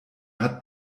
hat